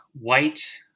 white